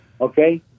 Okay